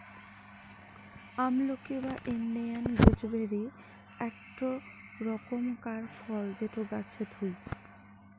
আমলকি বা Indian gooseberry আকটো রকমকার ফল যেটো গাছে থুই